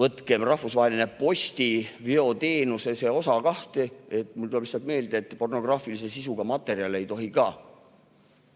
võtkem rahvusvahelise postiveoteenuse osa lahti, mul tuleb meelde, et pornograafilise sisuga materjali ei tohi ka